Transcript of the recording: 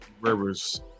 rivers